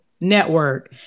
network